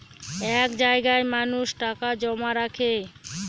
এক জায়গায় মানুষ টাকা জমা রাখে